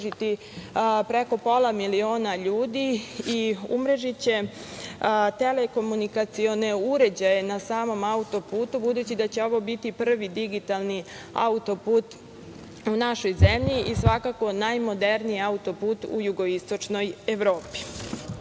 preko pola miliona ljudi. Umrežiće telekomunikacione uređaje na samom auto-putu, budući da će ovo biti prvi digitalni auto-put u našoj zemlji i svakako najmoderniji auto-put u jugoistočnoj